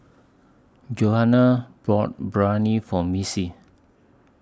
Johana bought Biryani For Missy